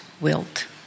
wilt